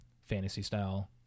fantasy-style